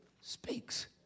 speaks